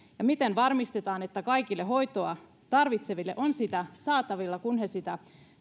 miten varmistetaan että kaikille hoitoa tarvitseville on sitä saatavilla kun he sitä